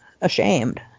ashamed